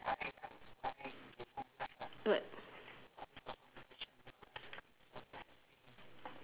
what